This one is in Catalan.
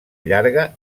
llarga